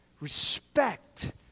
respect